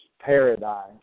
paradise